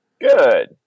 Good